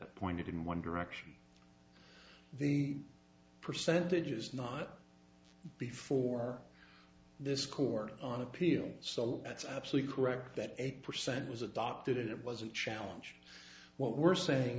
pointed in one direction or the percentages not before this court on appeal so that's absolutely correct that eight percent was adopted it wasn't challenge what we're saying